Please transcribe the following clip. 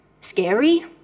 scary